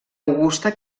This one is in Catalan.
augusta